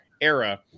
era